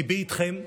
ליבי איתכם,